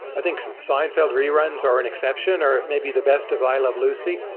i think seinfeld reruns are an exception, or maybe the best of i love lucy,